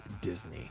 Disney